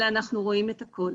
אלא אנחנו רואים את הכל